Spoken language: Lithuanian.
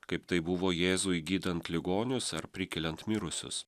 kaip tai buvo jėzui gydant ligonius ar prikeliant mirusius